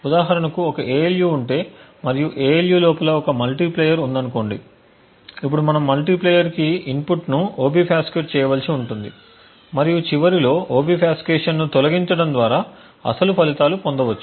ఉదాహరణకు ఒక ALU ఉంటే మరియు ALU లోపల ఒక మల్టిప్లయర్ ఉందనుకోండి ఇప్పుడు మనం మల్టిప్లయర్ కి ఇన్పుట్స్ను ఒబిఫాస్కేట్ చేయవలసి ఉంటుంది మరియు చివరిలో ఒబిఫాస్కేషన్ ను తొలగించటం ద్వారా అసలు ఫలితాలు పొందవచ్చు